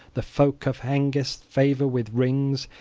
the folk of hengest favor with rings,